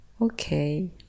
okay